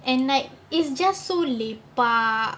and like it's just so lepak